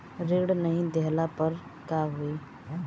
ऋण नही दहला पर का होइ?